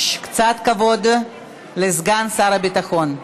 קצת כבוד לסגן שר הביטחון.